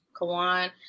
Kawan